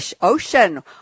Ocean